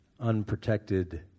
unprotected